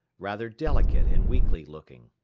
rather delicate and weakly looking,